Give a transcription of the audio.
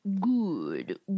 good